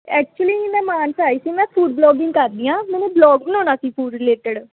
actually ਮੈਂ ਮਾਨਸਾ ਆਈ ਸੀ ਮੈਂ ਫੂਡ ਵਲੋਗਿੰਗ ਕਰਦੀ ਹਾਂ ਮੈਨੂੰ ਵਲੋਗ ਬਣਾਉਣਾ ਸੀ ਫੂਡ ਰਿਲੇਟਡ